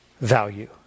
value